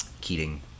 Keating